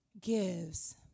gives